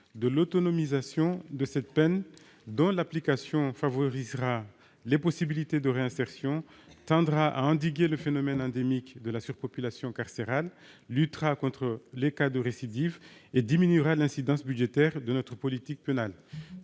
de l'autonomisation de cette peine, dont l'application favorisera les possibilités de réinsertion, tendra à endiguer le phénomène endémique de la surpopulation carcérale, luttera contre les cas de récidive et diminuera l'incidence budgétaire de notre politique pénale.